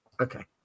Okay